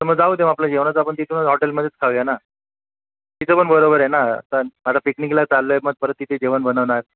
तर मग जाऊ दे मग आपलं जेवणाचं आपण तिथूनच हॉटेलमध्येच खाऊया ना तिचं पण बरोबर आहे ना आता आता पिकनिकला चाललो आहे मग परत तिथे जेवण बनवणार